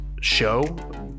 show